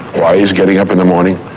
why he's getting up in the morning,